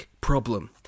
problem